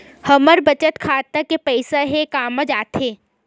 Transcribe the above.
हमर बचत खाता के पईसा हे कामा जाथे?